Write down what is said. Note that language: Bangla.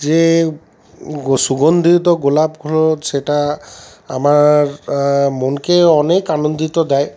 যে সুগন্ধিত গোলাপগুলোর যেটা আমার মনকে অনেক আনন্দ দেয়